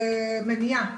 ומניעה.